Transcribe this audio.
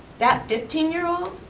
that fifteen year old,